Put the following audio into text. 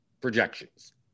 projections